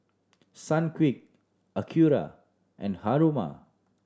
Sunquick Acura and Haruma